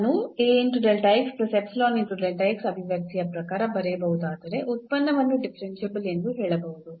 ಅನ್ನು ಅಭಿವ್ಯಕ್ತಿಯ ಪ್ರಕಾರ ಬರೆಯಬಹುದಾದರೆ ಉತ್ಪನ್ನವನ್ನು ಡಿಫರೆನ್ಸಿಬಲ್ ಎಂದು ಹೇಳಬಹುದು